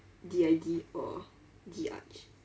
D_I_D or D arch